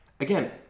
Again